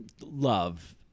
love